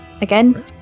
Again